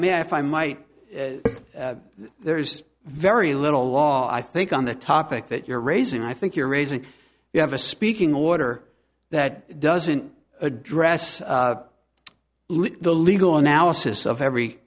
ma'am if i might there is very little law i think on the topic that you're raising i think you're raising you have a speaking order that doesn't address the legal analysis of every